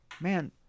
man—